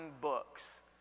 books